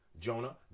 Jonah